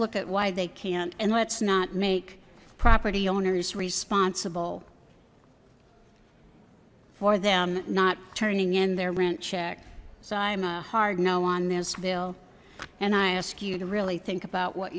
look at why they can't and let's not make property owners responsible for them not turning in their rent check so i am a hard no on this bill and i ask you to really think about what